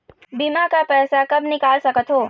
बीमा का पैसा कब निकाल सकत हो?